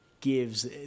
gives